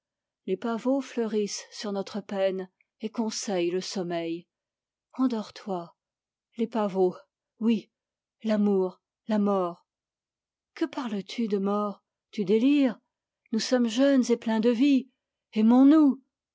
les pavots fleurissent sur notre peine et conseillent le sommeil endors toi les pavots oui l'amour la mort que parles-tu de mort tu délires nous sommes jeunes et pleins de vie aimons-nous